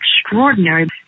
extraordinary